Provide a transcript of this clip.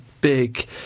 big